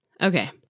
Okay